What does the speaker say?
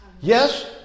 Yes